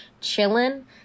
chilling